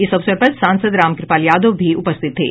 इस अवसर पर सांसद राम कृपाल यादव भी उपस्थित थे